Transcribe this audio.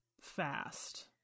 fast